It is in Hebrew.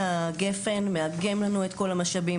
שגפ"ן מאגד לנו את כל המשאבים,